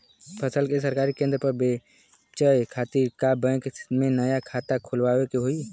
फसल के सरकारी केंद्र पर बेचय खातिर का बैंक में नया खाता खोलवावे के होई?